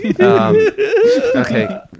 Okay